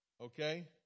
Okay